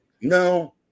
No